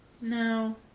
No